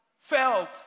felt